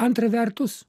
antra vertus